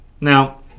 Now